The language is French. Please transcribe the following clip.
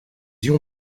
ions